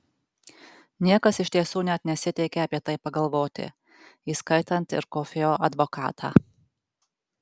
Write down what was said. niekas iš tiesų net nesiteikė apie tai pagalvoti įskaitant ir kofio advokatą